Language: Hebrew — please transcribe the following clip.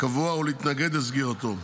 קבוע או להתנגד לסגירתו.